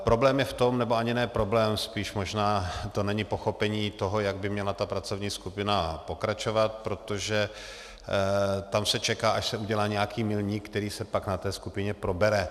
Problém je v tom, nebo ani ne problém, spíš možná to není pochopení toho, jak by měla pracovní skupina pokračovat, protože tam se čeká, až se udělá nějaký milník, který se na té skupině probere.